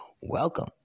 Welcome